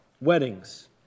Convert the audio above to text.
weddings